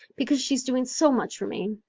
because she's doing so much for me.